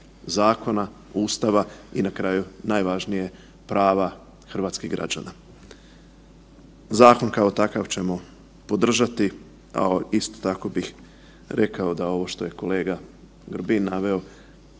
zakona, Ustava i na kraju najvažnije prava hrvatskih građana. Zakon kao takav ćemo podržati, ali isto tako bih rekao da ovo što je kolega Grbin naveo